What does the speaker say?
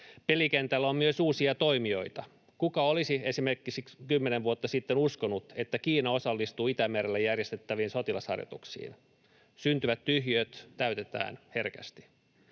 Pelikentällä on myös uusia toimijoita. Kuka olisi esimerkiksi kymmenen vuotta sitten uskonut, että Kiina osallistuu Itämerellä järjestettäviin sotilasharjoituksiin? Syntyvät tyhjiöt täytetään herkästi.